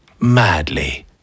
madly